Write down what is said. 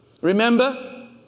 Remember